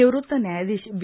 निवृत्त न्यायाधीश बी